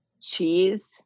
cheese